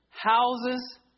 Houses